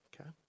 Okay